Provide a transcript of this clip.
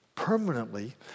permanently